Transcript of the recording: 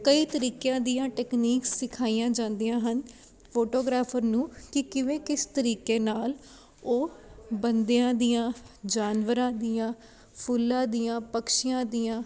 ਕਈ ਤਰੀਕਿਆਂ ਦੀਆਂ ਟਕਨੀਕਸ ਸਿਖਾਈਆਂ ਜਾਂਦੀਆਂ ਹਨ ਫੋਟੋਗ੍ਰਾਫਰ ਨੂੰ ਕਿ ਕਿਵੇਂ ਕਿਸ ਤਰੀਕੇ ਨਾਲ ਉਹ ਬੰਦਿਆਂ ਦੀਆਂ ਜਾਨਵਰਾਂ ਦੀਆਂ ਫੁੱਲਾਂ ਦੀਆਂ ਪਕਸ਼ੀਆਂ ਦੀਆਂ